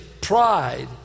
pride